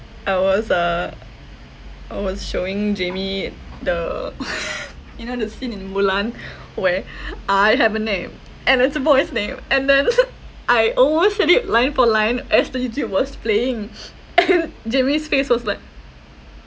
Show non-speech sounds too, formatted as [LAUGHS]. I was uh I was showing jamie the [LAUGHS] you know the scene in mulan where I have a name and it's a boy's name and then [LAUGHS] I almost said it line for line as the youtube was playing [NOISE] [LAUGHS] and jamie's face was like